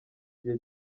gihe